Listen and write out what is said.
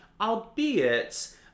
albeit